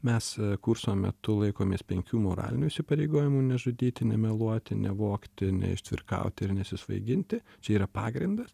mes kurso metu laikomės penkių moralinių įsipareigojimų nežudyti nemeluoti nevogti neištvirkauti ir nesisvaiginti čia yra pagrindas